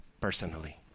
personally